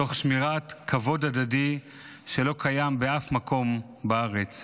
תוך שמירת כבוד הדדי שלא קיים באף מקום בארץ,